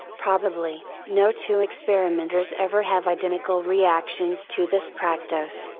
probably, no two experimenters ever have identical reactions to this practice.